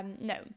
no